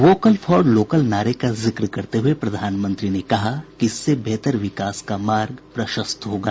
vocal for local नारे का जिक्र करते हुए प्रधानमंत्री ने कहा कि इससे बेहतर विकास का मार्ग प्रशस्त होगा